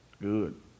Good